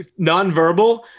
nonverbal